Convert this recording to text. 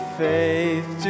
faith